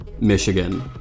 Michigan